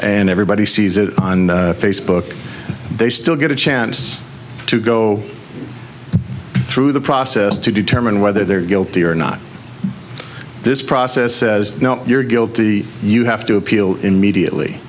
and everybody sees it on facebook they still get a chance to go through the process to determine whether they're guilty or not this process says you're guilty you have to appeal immediately